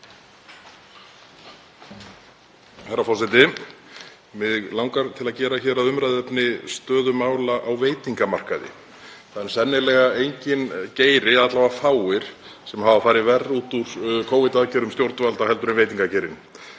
Herra forseti. Mig langar til að gera hér að umræðuefni stöðu mála á veitingamarkaði. Það er sennilega enginn geiri, alla vega fáir, sem hefur farið verr út úr Covid-aðgerðum stjórnvalda en veitingageirinn.